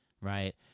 Right